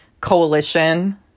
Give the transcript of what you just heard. coalition